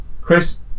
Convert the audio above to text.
Chris